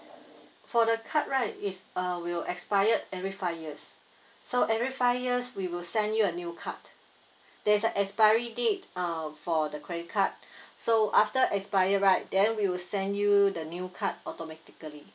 for the card right is uh will expire every five years so every five years we will send you a new card there's a expiry date uh for the credit card so after expire right then we will send you the new card automatically